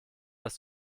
das